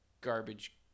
garbage